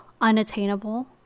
unattainable